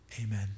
Amen